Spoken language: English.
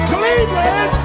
Cleveland